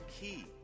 key